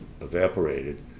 evaporated